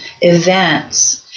events